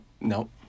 nope